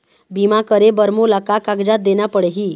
बीमा करे बर मोला का कागजात देना पड़ही?